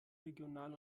regional